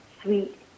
sweet